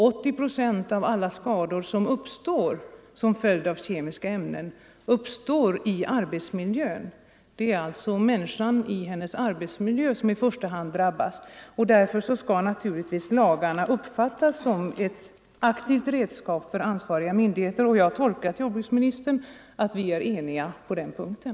80 procent av alla skador till följd av kemiska ämnen uppkommer i arbetsmiljön. Det är människan i arbetsmiljön som i första hand drabbas. Och lagarna skall naturligtvis uppfattas som ett redskap för ansvariga myndigheters aktivitet när det gäller att skydda människorna. Jag har tolkat jordbruksministern så att vi är eniga på den punkten.